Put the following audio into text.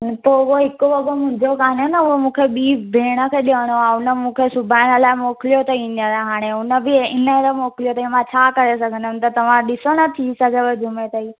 पोइ उहो हिकु वॻो मुंहिंजो कान्हे न उहो मूंखे ॿी भेण खे ॾियणो आहे हुन मूंखे सुबाइण लाइ मोकिलियो अथई हींअर हाणे हुन बि हींअर मोकिलियो अथई मां छा करे सघंदमि त तव्हां ॾिसो न थी सघेव जुमे ताईं